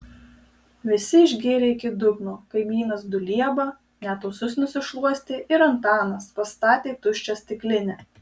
visi išgėrė iki dugno kaimynas dulieba net ūsus nusišluostė ir antanas pastatė tuščią stiklinę